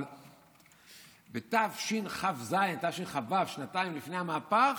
אבל בתשכ"ז, תשכ"ו, שנתיים לפני המהפך,